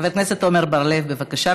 חבר הכנסת עמר בר-לב, בבקשה.